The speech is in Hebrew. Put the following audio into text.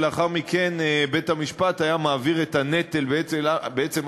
ולאחר מכן בית-המשפט היה מעביר למשטרה את הנטל להוכיח,